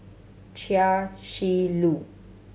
Chia Shi Lu